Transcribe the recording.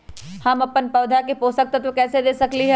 हम अपन पौधा के पोषक तत्व कैसे दे सकली ह?